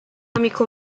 amico